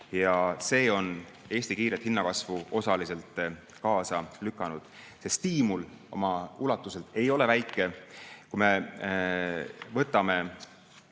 ja see on Eesti kiiret hinnakasvu osaliselt kaasa lükanud. See stiimul oma ulatuselt ei ole väike. Kui me arvame